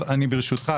ברשותך,